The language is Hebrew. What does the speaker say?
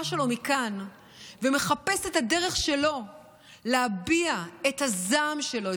שלו מכאן ומחפש את הדרך שלו להביע את הזעם שלו,